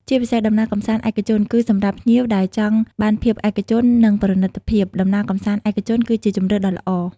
ជាពិសេស ដំណើរកម្សាន្តឯកជន គឺសម្រាប់ភ្ញៀវដែលចង់បានភាពឯកជន និងប្រណិតភាព ដំណើរកម្សាន្តឯកជនគឺជាជម្រើសដ៏ល្អ។